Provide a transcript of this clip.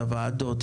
את הוועדות,